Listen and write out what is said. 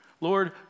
Lord